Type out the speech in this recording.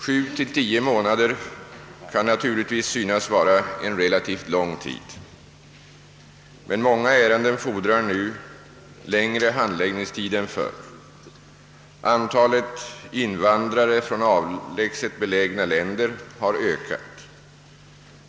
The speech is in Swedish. Sju till tio månader kan naturligtvis synas vara en relativt lång tid. Men många ärenden fordrar numera längre handläggningstid än förr. Antalet invandrarare från avlägset belägna länder har ökat.